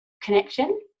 connection